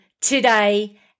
today